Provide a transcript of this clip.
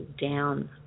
down